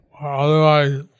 Otherwise